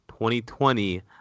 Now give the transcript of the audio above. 2020